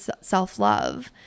self-love